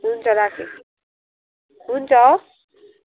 हुन्छ राखेँ हुन्छ